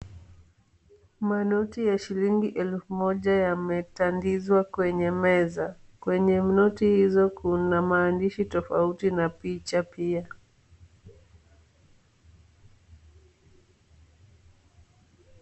Manoti ya shilingi elfu moja yametandazwa kwenye meza. Kwenye noti hizo kuna maandishi tofauti na picha pia.